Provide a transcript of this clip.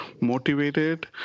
motivated